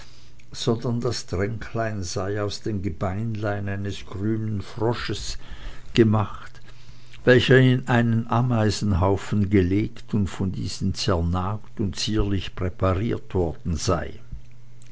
sondern das tränklein sei aus den gebeinlein eines grünen frosches gemacht welcher in einen ameisenhaufen gelegt und von diesen zernagt und zierlich präpariert worden sei